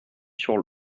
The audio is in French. sur